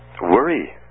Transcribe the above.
Worry